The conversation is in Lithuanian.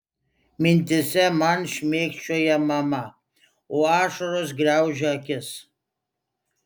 mintyse man šmėkščioja mama o ašaros graužia akis